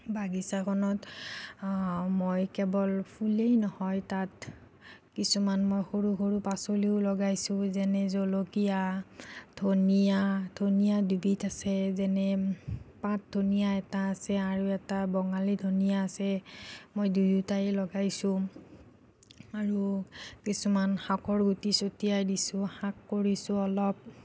বাগিচাখনত মই কেৱল ফুলেই নহয় তাত কিছুমান মই সৰু সৰু পাচলিও লগাইছোঁ যেনে জলকীয়া ধনীয়া ধনীয়া দুবিধ আছে যেনে পাত ধনীয়া এটা আছে আৰু এটা বঙালী ধনীয়া আছে মই দুয়োটাই লগাইছোঁ আৰু কিছুমান শাকৰ গুটি চতিয়াই দিছোঁ শাক কৰিছোঁ অলপ